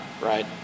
right